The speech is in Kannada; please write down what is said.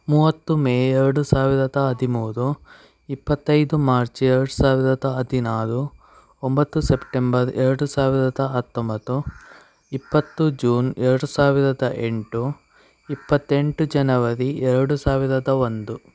ಮೂವತ್ತು ಮೇ ಎರಡು ಸಾವಿರದ ಹದಿಮೂರು ಇಪ್ಪತ್ತೈದು ಮಾರ್ಚ್ ಎರಡು ಸಾವಿರದ ಹದಿನಾರು ಒಂಬತ್ತು ಸೆಪ್ಟೆಂಬರ್ ಎರಡು ಸಾವಿರದ ಹತ್ತೊಂಬತ್ತು ಇಪ್ಪತ್ತು ಜೂನ್ ಎರಡು ಸಾವಿರದ ಎಂಟು ಇಪ್ಪತ್ತೆಂಟು ಜನವರಿ ಎರಡು ಸಾವಿರದ ಒಂದು